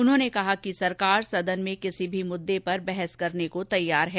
उन्होंने कहा कि सरकार सदन में किसी भी मुददे पर बहस करने को तैयार है